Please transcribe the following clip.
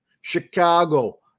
Chicago